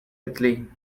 italy